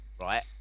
right